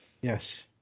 Yes